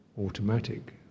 Automatic